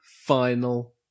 Final